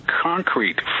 concrete